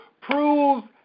proves